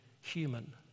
human